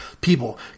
people